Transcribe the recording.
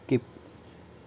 skip